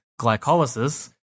glycolysis